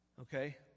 Okay